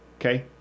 Okay